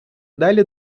далі